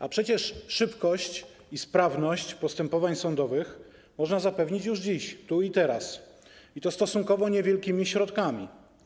A przecież szybkość i sprawność postępowań sądowych można zapewnić już dziś, tu i teraz, i to stosunkowo niewielkimi środkami.